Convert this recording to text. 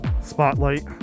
Spotlight